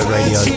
Radio